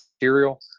material